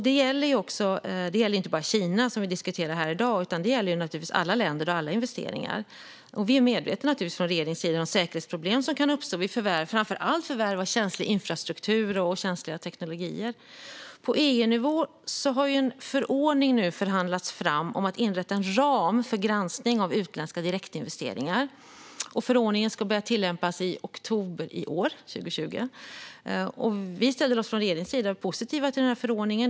Det gäller inte bara Kina, som vi diskuterar här i dag, utan det gäller alla länder och alla investeringar. Vi är naturligtvis medvetna från regeringens sida om säkerhetsproblem som kan uppstå vid förvärv, framför allt förvärv av känslig infrastruktur och känsliga teknologier. På EU-nivå har en förordning nu förhandlats fram om att inrätta en ram för granskning av utländska direktinvesteringar, och förordningen ska börja tillämpas i oktober i år, 2020. Vi ställer oss från regeringens sida positiva till den förordningen.